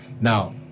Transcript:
Now